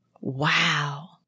Wow